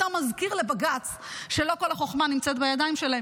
אתה מזכיר לבג"ץ שלא כל החוכמה נמצאת בידיים שלו,